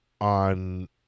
on